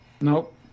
Nope